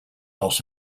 los